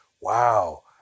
Wow